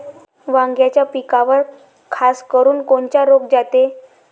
वांग्याच्या पिकावर खासकरुन कोनचा रोग जाते?